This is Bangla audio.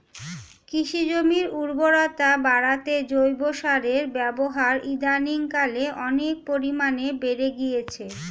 কৃষি জমির উর্বরতা বাড়াতে জৈব সারের ব্যবহার ইদানিংকালে অনেক পরিমাণে বেড়ে গিয়েছে